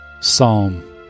Psalm